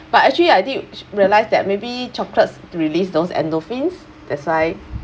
but actually I did s~ realise that maybe chocolates to release those endorphins that's why